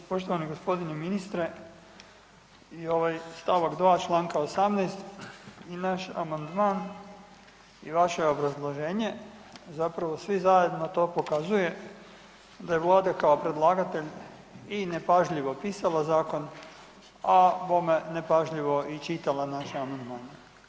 Poštovani g. ministre, stavak 2. čl. 18. i naš amandman i vaše obrazloženje, zapravo svi zajedno to pokazuje da je Vlada kao predlagatelj i nepažljivo pisala zakon a bome nepažljivo i čitala naš amandman.